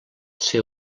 ser